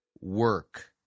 work